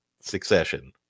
succession